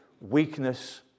weakness